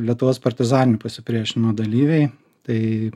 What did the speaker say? lietuvos partizaninio pasipriešinimo dalyviai tai